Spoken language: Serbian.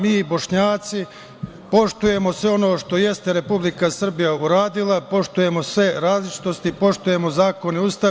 Mi Bošnjaci poštujemo sve ono što jeste Republika Srbija uradila, poštujemo sve različitosti, poštujemo zakone, Ustav.